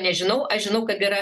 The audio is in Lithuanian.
nežinau aš žinau kad yra